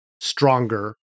stronger